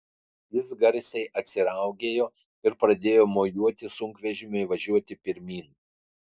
jis garsiai atsiraugėjo ir pradėjo mojuoti sunkvežimiui važiuoti pirmyn